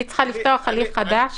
אני צריכה לפתוח הליך חדש?